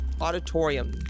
auditorium